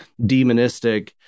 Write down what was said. demonistic